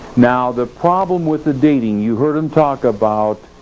now the problem with the dating, you heard them talk about